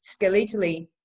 skeletally